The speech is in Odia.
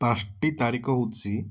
ପାଞ୍ଚଟି ତାରିଖ ହେଉଛି